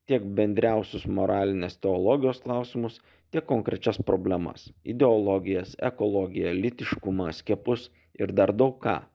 tiek bendriausius moralinės teologijos klausimus tiek konkrečias problemas ideologijas ekologiją lytiškumą skiepus ir dar daug ką